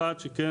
אחד שכן,